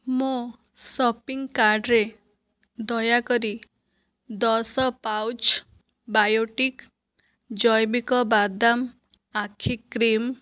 ମୋ ସପିଂ କାର୍ଟ୍ରେ ଦୟାକରି ଦଶ ପାଉଚ୍ ବାୟୋଟିକ୍ ଜୈବିକ ବାଦାମ ଆଖି କ୍ରିମ୍